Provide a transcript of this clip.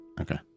Okay